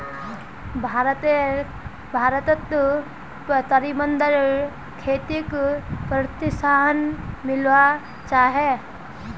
भारतत तरमिंदेर खेतीक प्रोत्साहन मिलवा चाही